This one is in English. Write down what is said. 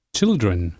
Children